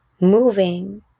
moving